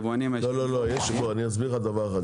זה מייצר לנו --- אני אסביר לך דבר אחד,